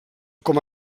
com